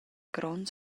gronds